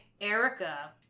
Erica